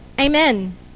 Amen